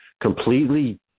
completely